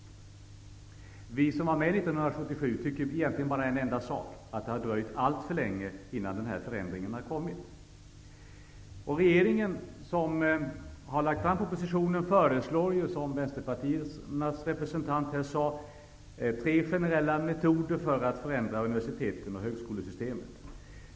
Vi som var med 1977 tycker egentligen bara en enda sak, nämligen att det har dröjt alltför länge innan den här förändringen har kommit. Regeringen, som har lagt fram propositionen, föreslår, som Vänsterpartiets representant sade, tre generella metoder för att förändra universiteten och högskolesystemet.